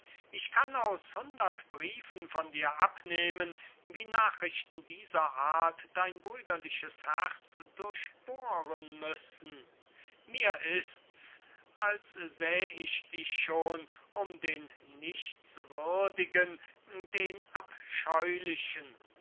ich kann aus hundert briefen von dir abnehmen wie nachrichten dieser art dein brüderliches herz durchbohren müssen mir ists als säh ich dich schon um den nichtswürdigen den abscheulichen